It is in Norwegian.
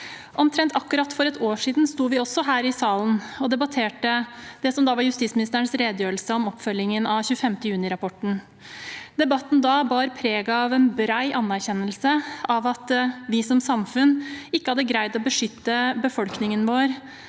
Omtrent akkurat for et år siden sto vi her i salen og debatterte det som da var justisministerens redegjørelse om oppfølgingen av 25. juni-rapporten. Debatten da bar preg av en bred anerkjennelse av at vi som samfunn ikke hadde greid å beskytte befolkningen vår